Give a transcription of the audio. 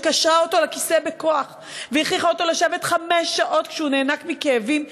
שקשרה אותו לכיסא בכוח והכריחה אותו לשבת חמש שעות כשהוא נאנק מכאבים,